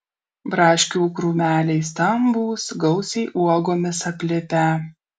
braškių krūmeliai stambūs gausiai uogomis aplipę